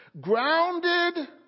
grounded